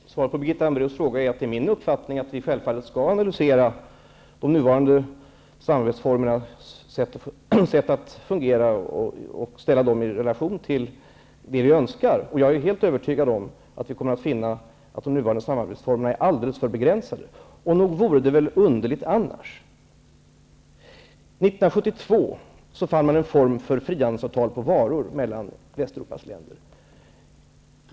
Fru talman! Svaret på Birgitta Hambraeus fråga är att min uppfattning är att vi självfallet skall analysera de nuvarande samarbetsformernas sätt att fungera och ställa dem i relation till det vi önskar. Jag är helt övertygad om att vi kommer att finna att de nuvarande samarbetsformerna är alldeles för begränsade. Nog vore det väl underligt annars? År 1972 fann man en form för frihandelsavtal på varor mellan Västeuropas länder.